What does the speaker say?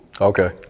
Okay